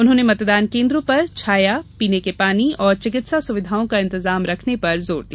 उन्होंने मतदान केन्द्रों पर छाया पीने के पानी और चिकित्सा सुविधाओं का इंतजाम रखने पर जोर दिया